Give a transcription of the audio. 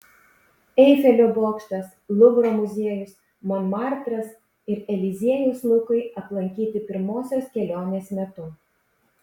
eifelio bokštas luvro muziejus monmartras ir eliziejaus laukai aplankyti pirmosios kelionės metu